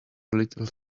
little